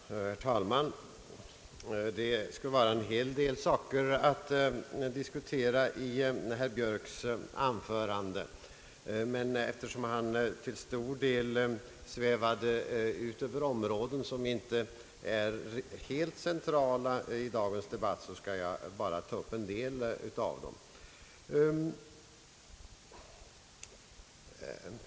Herr talman! Det skulle finnas en hel del att diskutera i herr Björks anförande, men eftersom han till stor del svävade ut över områden som inte är helt centrala i dagens debatt, skall jag bara ta upp en del av frågorna.